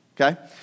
okay